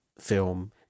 film